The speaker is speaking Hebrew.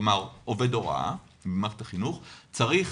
כלומר עובד הוראה במערכת החינוך, צריך